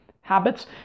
habits